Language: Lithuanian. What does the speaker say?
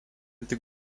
tik